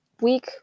week